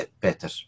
better